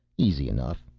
easy enough.